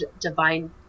divine